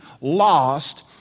lost